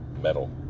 metal